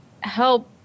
help